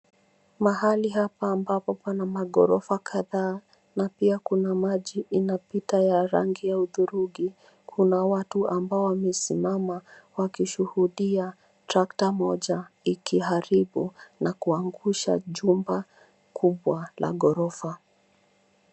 Mahali hapa ambapo pana maghorofa kadhaa, na pia kuna maji inapita ya rangi ya hudhurungi. Kuna watu ambao wamesimama wakishuhudia trakta moja ikiharibu na kuangusha jumba kubwa la ghorofa.